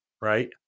Right